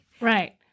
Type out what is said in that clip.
Right